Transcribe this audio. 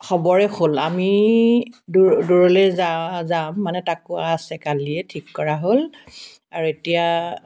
হ'বৰে হ'ল আমি দূৰ দূৰলৈ যা যাম মানে তাক কোৱা আছে কালিয়ে ঠিক কৰা হ'ল আৰু এতিয়া